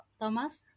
Thomas